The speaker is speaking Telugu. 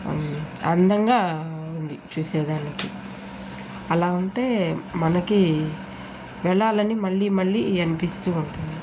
అందంగా ఉంది చూసేదానికి అలా ఉంటే మనకీ వెళ్ళాలని మళ్ళీ మళ్ళీ అనిపిస్తూ ఉంటుంది